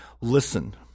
listen